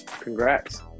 Congrats